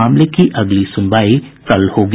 मामले की अगली सुनवाई कल होगी